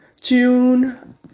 June